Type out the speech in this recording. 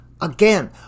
Again